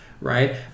right